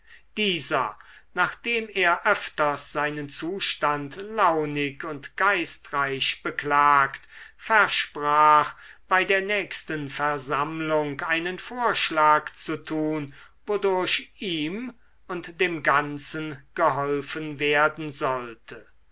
dieser nachdem er öfters seinen zustand launig und geistreich beklagt versprach bei der nächsten versammlung einen vorschlag zu tun wodurch ihm und dem ganzen geholfen werden sollte